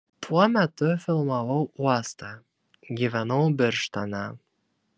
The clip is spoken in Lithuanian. tuo metu filmavau uostą gyvenau birštone